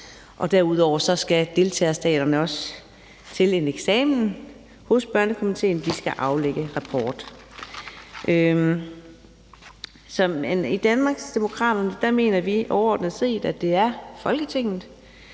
derudover skal deltagerstaterne også til en eksamen hos Børnekomitéen. De skal aflægge rapport. I Danmarksdemokraterne mener vi overordnet set, at det er Folketinget,